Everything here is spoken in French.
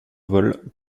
vol